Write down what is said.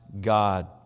God